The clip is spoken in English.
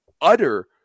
utter